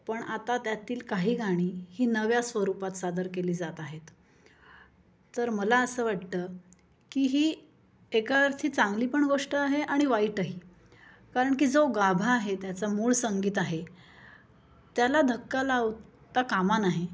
पण आता त्यातील काही गाणी ही नव्या स्वरूपात सादर केली जात आहेत तर मला असं वाटतं की ही एका अर्थी चांगली पण गोष्ट आहे आणि वाईटही कारण की जो गाभा आहे त्याचा मूळ संगीत आहे त्याला धक्का लावता कामानये